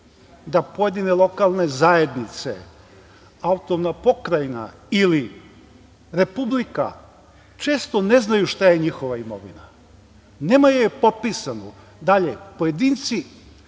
da pojedine lokalne zajednice, AP ili republika često ne znaju šta je njihova imovina. Nemaju je popisanu. Pojedinci